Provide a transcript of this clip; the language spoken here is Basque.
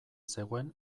zegoen